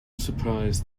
surprise